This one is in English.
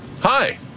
Hi